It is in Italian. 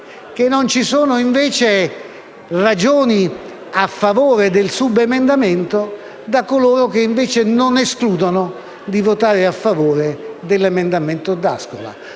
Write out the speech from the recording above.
che non vi siano, invece, ragioni a favore del subemendamento da parte di coloro che, invece, non escludono di votare a favore dell'emendamento D'Ascola.